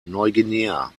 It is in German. neuguinea